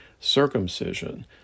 circumcision